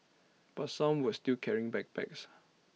but some were still carrying backpacks